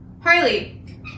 Harley